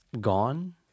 Gone